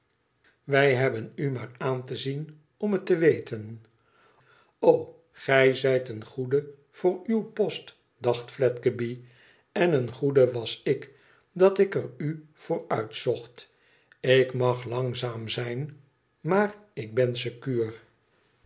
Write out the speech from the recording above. wij hebben u maar aan te zien om het te weten to gij zijt een goede voor uw post dacht fledgeby en een goede was ik dat ik er u voor uitzocht ik mag langzaam zijn maar ik ben sekuur